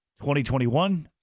2021